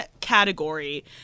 category